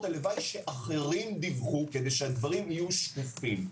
הלוואי שאחרים דיווחו כדי שהדברים יהיו שקופים.